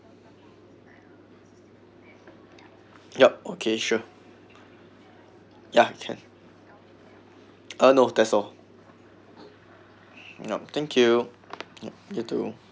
yup okay sure ya can uh no that all no thank you yup you too